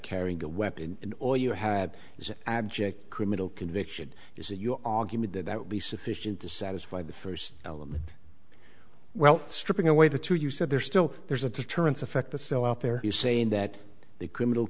carrying a weapon or you had is an abject criminal conviction is that your argument that that would be sufficient to satisfy the first element well stripping away the two you said there's still there's a deterrence effect the still out there you saying that the criminal